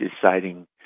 deciding